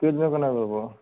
কেইদিনৰ কাৰণে ল'ব